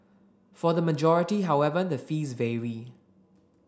for the majority however the fees vary